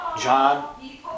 John